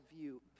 view